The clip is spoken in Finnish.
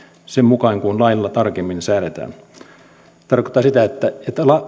sen mukaan kuin lailla tarkemmin säädetään se tarkoittaa sitä että